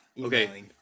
Okay